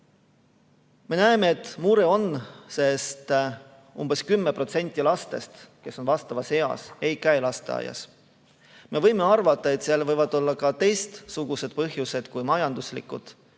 Me näeme, et mure on, sest umbes 10% lastest, kes on vastavas eas, ei käi lasteaias. Me võime arvata, et seal võivad olla ka teistsugused põhjused kui majanduslikud,